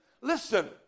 Listen